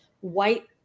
white